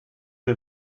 der